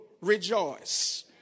rejoice